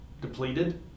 depleted